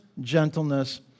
gentleness